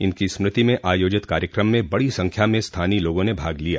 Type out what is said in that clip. इनकी स्मृति में आयोजित कार्यक्रम में बड़ी संख्या मे स्थानीय लोगों ने भाग लिया